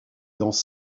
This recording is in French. dents